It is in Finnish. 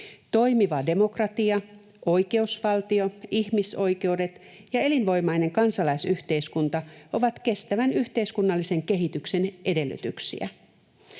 Toimiva demokratia, oikeusvaltio, ihmisoikeudet ja elinvoimainen kansalaisyhteiskunta ovat kestävän yhteiskunnallisen kehityksen edellytyksiä.